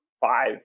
five